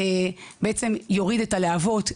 יוריד את הלהבות,